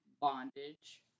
bondage